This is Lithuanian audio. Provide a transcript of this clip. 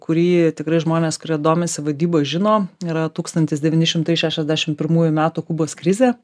kurį tikrai žmonės kurie domisi vadyba žino yra tūkstantis devyni šimtai šešiasdešim pirmųjų metų kubos krizė